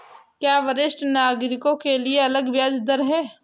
क्या वरिष्ठ नागरिकों के लिए अलग ब्याज दर है?